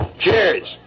cheers